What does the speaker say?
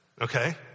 Okay